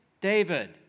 David